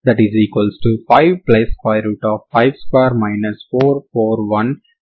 కాబట్టి దీనిని లెక్కించడం ద్వారా g00 అని మీరు చూస్తారు ఎందుకంటే g కూడా బేసి ఫంక్షన్ గా పొడిగించబడింది